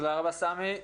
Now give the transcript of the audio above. תודה רבה, סמי.